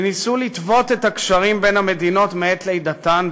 שניסו לטוות את הקשרים בין המדינות מעת לידתן,